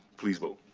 please vote.